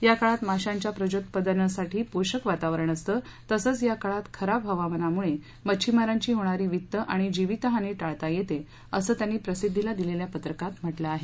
या काळात माशांच्या प्रजोत्पादनासाठी पोषक वातावरण असतं तसंच या काळात खराब हवामानामुळे मच्छिमारांची होणारी वित्त आणि जिवित हानी टाळता येते असं त्यांनी प्रसिध्दीला दिलेल्या पत्रकात म्हटलं आहे